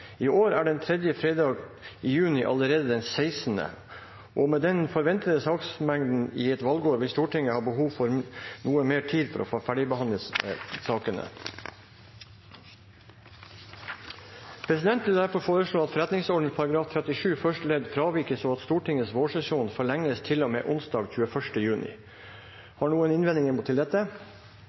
I år er den tredje fredag i juni allerede den 16. juni, og med den forventede saksmengden i et valgår vil Stortinget ha behov for noe mer tid for å få ferdigbehandlet sakene. Presidenten vil derfor foreslå at forretningsordenens § 37 første ledd fravikes, og at Stortingets vårsesjon forlenges til og med onsdag 21. juni. Har noen innvendinger mot dette?